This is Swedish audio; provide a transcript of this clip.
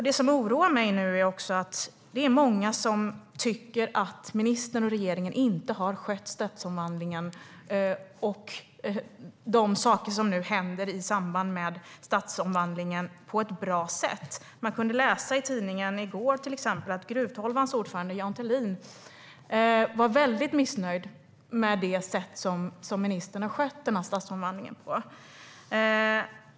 Det som oroar mig är också att många tycker att ministern och regeringen inte har skött stadsomvandlingen och det som nu händer i samband med stadsomvandlingen på ett bra sätt. Man kunde till exempel läsa i tidningen att Gruvtolvans ordförande Jan Thelin var väldigt missnöjd med det sätt som ministern har skött stadsomvandlingen på.